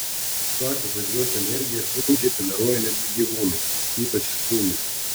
sako kad jos energiją sunkiai toleruoja netgi gyvūnai ypač šunys